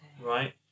right